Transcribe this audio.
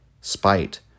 spite